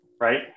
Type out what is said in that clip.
Right